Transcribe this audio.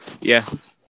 Yes